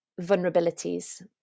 vulnerabilities